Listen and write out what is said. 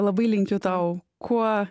labai linkiu tau kuo